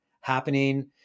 happening